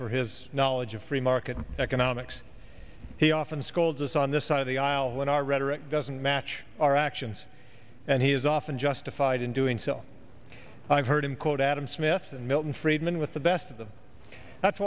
for his knowledge of free market economics he often scolds us on this side of the aisle when our rhetoric doesn't match our actions and he is often justified in doing so i've heard him quote adam smith and milton friedman with the best of them that's